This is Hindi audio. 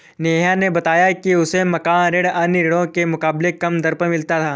नेहा ने बताया कि उसे मकान ऋण अन्य ऋणों के मुकाबले कम दर पर मिला था